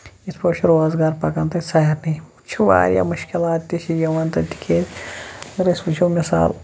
یِتھ پٲٹھۍ چھُ روزگار پَکان تَتہِ سارنے یہِ چھُ واریاہ مُشکِلات تہِ چھِ یِوان تَتہِ کہِ اَگر أسۍ وٕچھو مِثال